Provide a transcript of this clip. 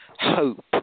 hope